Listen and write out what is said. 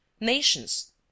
nations